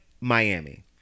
Miami